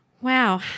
Wow